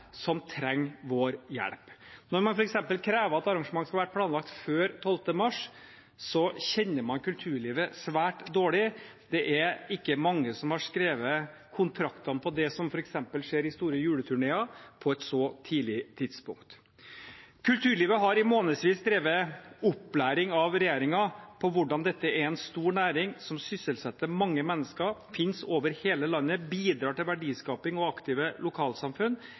som trenger vår hjelp. Når man f.eks. krever at arrangementer skal ha vært planlagt før 12. mars, kjenner man kulturlivet svært dårlig. Det er ikke mange som har skrevet kontrakter på det som f.eks. skjer under store juleturneer, på et så tidlig tidspunkt. Kulturlivet har i månedsvis drevet opplæring av regjeringen – om hvordan dette er en stor næring som sysselsetter mange mennesker, finnes over hele landet og bidrar til verdiskaping og aktive lokalsamfunn